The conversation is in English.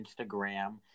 Instagram